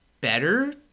better